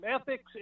ethics